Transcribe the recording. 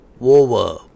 over